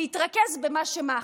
להתרכז במה שמאחד.